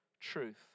truth